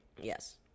Yes